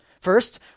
First